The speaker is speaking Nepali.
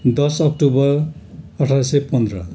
दस अक्टोबर अठार सय पन्ध्र